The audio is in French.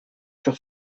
sur